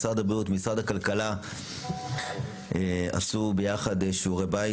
משרד הבריאות ומשרד הכללה עשו ביחד שיעורי בית